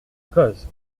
cozes